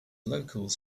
locals